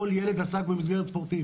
כל ילד עסק בענף ספורטיבי.